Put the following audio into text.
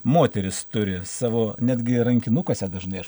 moterys turi savo netgi rankinukuose dažnai aš